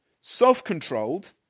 self-controlled